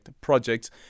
projects